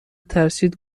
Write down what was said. ترسید